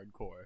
hardcore